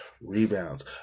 rebounds